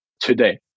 today